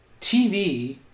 TV